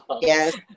Yes